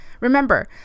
Remember